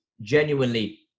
genuinely